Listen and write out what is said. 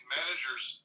managers